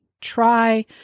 try